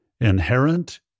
Inherent